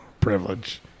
privilege